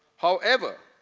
however,